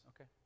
Okay